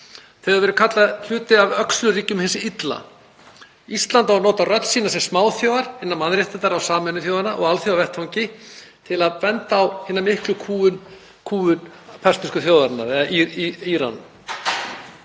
Þeir hafa verið kallaðir hluti af öxulríkjum hins illa. Ísland á að nota rödd sína sem smáþjóð innan Mannréttindaráðs Sameinuðu þjóðanna og á alþjóðavettvangi til að benda á hina miklu kúgun persnesku þjóðarinnar, Írönum.